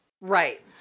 Right